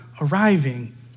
arriving